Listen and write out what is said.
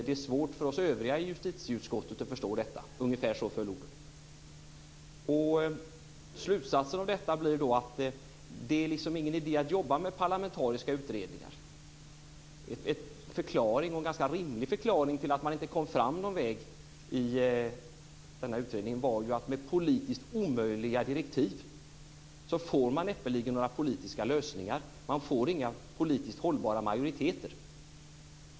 Det är svårt för oss övriga i justitieutskottet att förstå detta - ungefär så föll orden. Slutsatsen av detta blir att det liksom inte är någon idé att jobba med parlamentariska utredningar. En ganska rimlig förklaring till att man inte kom någon vart i den här utredningen är att man med omöjliga direktiv näppeligen får några politiska lösningar. Man får då inga politiskt hållbara majoriteter.